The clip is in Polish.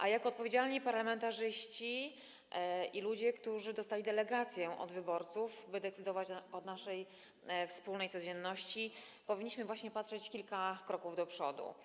A jako odpowiedzialni parlamentarzyści i ludzie, którzy dostali delegację od wyborców, by decydować o naszej wspólnej codzienności, powinniśmy właśnie patrzeć kilka kroków do przodu.